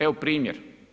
Evo primjer.